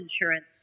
insurance